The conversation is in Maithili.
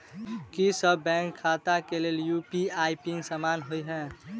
की सभ बैंक खाता केँ लेल यु.पी.आई पिन समान होइ है?